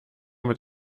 mit